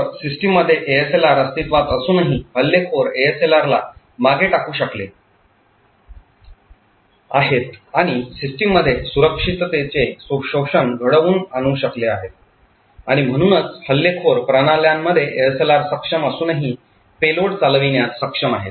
तर सिस्टममध्ये एएसएलआर अस्तित्त्वात असूनही हल्लेखोर एएसएलआरला मागे टाकू शकले आहेत आणि सिस्टममध्ये असुरक्षिततेचे शोषण घडवून आणू शकले आहेत आणि म्हणूनच हल्लेखोर प्रणाल्यांमध्ये ASLR सक्षम असूनही पेलोड चालविण्यात सक्षम आहेत